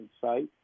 site